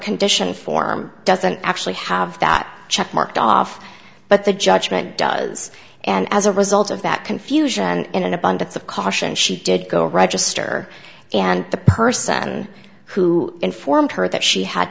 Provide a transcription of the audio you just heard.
condition form doesn't actually have that check marked off but the judgment does and as a result of that confusion in an abundance of caution she did go register and the person who informed her that she had